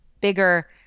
bigger